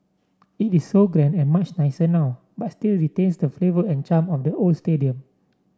it is so grand and much nicer now but still retains the flavour and charm of the old stadium